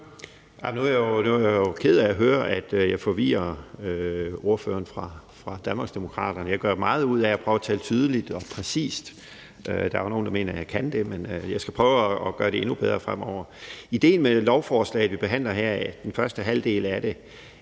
Nu er jeg jo ked af at høre, at jeg forvirrer ordføreren fra Danmarksdemokraterne. Jeg gør meget ud af at prøve at tale tydeligt og præcist. Der er jo nogle, der mener, at jeg kan det, men jeg skal prøve at gøre det endnu bedre fremover. Idéen med lovforslaget – vi behandler her den første halvdel af det